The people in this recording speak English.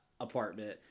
apartment